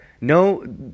no